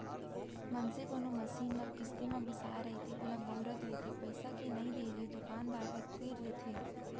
मनसे कोनो मसीन ल किस्ती म बिसाय रहिथे ओला बउरत रहिथे पइसा के नइ देले दुकानदार ह तीर लेथे